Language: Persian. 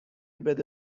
بده